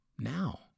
now